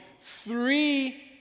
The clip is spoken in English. three